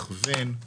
הכוון,